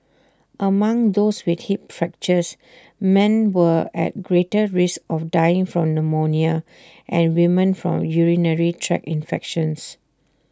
among those with hip fractures men were at greater risk of dying from pneumonia and women from urinary tract infections